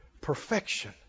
perfection